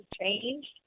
changed